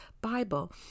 Bible